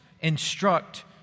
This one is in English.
instruct